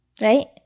right